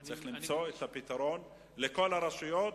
צריך למצוא את הפתרון לכל הרשויות,